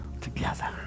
together